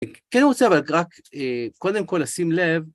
כן, אני רוצה אבל רק, קודם כל, לשים לב...